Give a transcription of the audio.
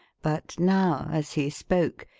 but now, as he spoke,